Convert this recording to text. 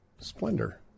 Splendor